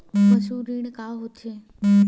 पशु ऋण का होथे?